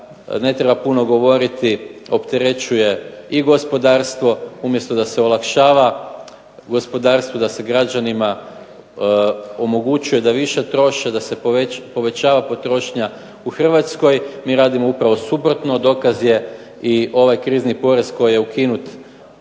ne treba puno govoriti opterećuje i gospodarstvo umjesto da se olakšava gospodarstvu, da se građanima omogućuje da više troše, da se povećava potrošnja u Hrvatskoj, mi radimo upravo suprotno. Dokaz je i ovaj krizni porez koji je ukinut